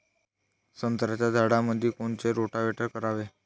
संत्र्याच्या झाडामंदी कोनचे रोटावेटर करावे?